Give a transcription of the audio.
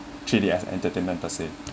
three-d_f entertainment per se